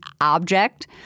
object